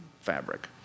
fabric